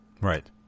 Right